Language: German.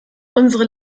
unsere